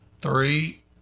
three